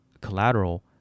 collateral